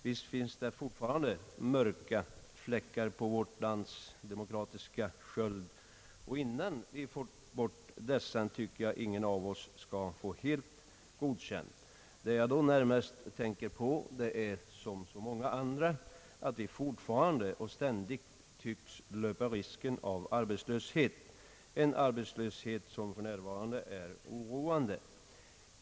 Visst finns det fortfarande mörka fläckar på vårt lands demokratiska sköld, och innan vi fått bori dessa tycker jag att ingen av oss skall få helt godkänt. Vad jag här mest tänker på är att vi fortfarande och ständigt tycks löpa risken av arbetslöshet, en arbetslöshet som för närvarande är oroande.